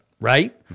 Right